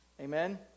Amen